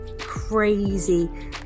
crazy